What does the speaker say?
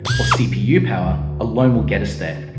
or cpu power, alone will get us there.